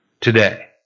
today